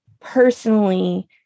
personally